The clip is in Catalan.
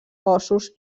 ossos